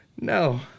No